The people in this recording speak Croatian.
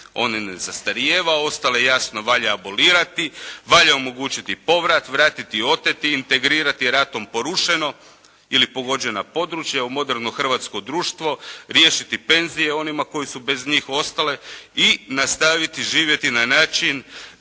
on i ne zastarijeva, ostale jasno valja abolirati. Valja omogućiti povrata, vratiti oteto, integrirati ratom porušeno ili pogođena područja u moderno hrvatsko društvo, riješiti penzije onima koji su bez njih ostali i nastaviti živjeti na način